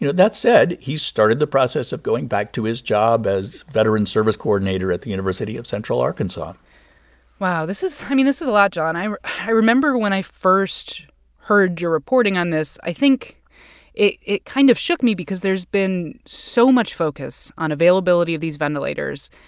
you know that said, he started the process of going back to his job as veteran service coordinator at the university of central arkansas wow. this is i mean, this is a lot, jon. i i remember when i first heard your reporting on this, i think it it kind of shook me because there's been so much focus on availability of these ventilators,